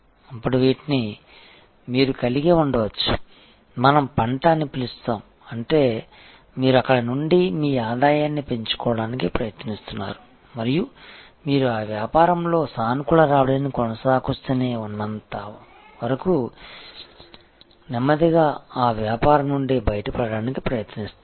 అప్పుడు వీటిని మీరు కలిగి ఉండవచ్చు మనం పంట అని పిలుస్తాము అంటే మీరు అక్కడ నుండి మీ ఆదాయాన్ని పెంచుకోవడానికి ప్రయత్నిస్తారు మరియు మీరు ఆ వ్యాపారంలో సానుకూల రాబడిని కొనసాగిస్తూనే ఉన్నంత వరకు నెమ్మదిగా ఆ వ్యాపారం నుండి బయటపడటానికి ప్రయత్నిస్తారు